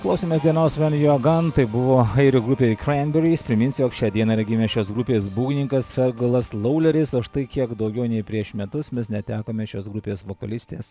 klausėmės dainos ven juo gan tai buvo airių grupė kramberis priminsiu jog šią dieną yra gimęs šios grupės būgnininkas fergalas lauleris o štai kiek daugiau nei prieš metus mes netekome šios grupės vokalistės